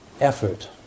effort